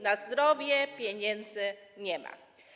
Na zdrowie pieniędzy nie ma.